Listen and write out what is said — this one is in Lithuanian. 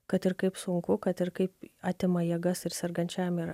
kad ir kaip sunku kad ir kaip atima jėgas ir sergančiajam ir